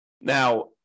Now